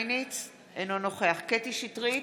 אינו נוכח קטי קטרין שטרית,